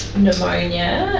pneumonia, yeah